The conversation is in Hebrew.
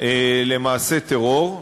למעשה טרור,